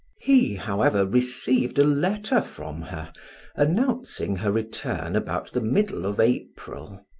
he, however, received a letter from her announcing her return about the middle of april,